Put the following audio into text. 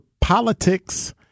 politics